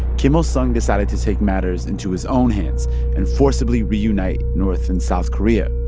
kim il sung decided to take matters into his own hands and forcibly reunite north and south korea.